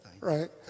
right